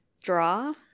draw